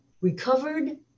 recovered